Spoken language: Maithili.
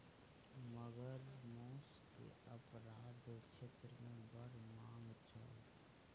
मगर मौस के अपराध क्षेत्र मे बड़ मांग छल